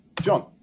John